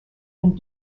and